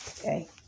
Okay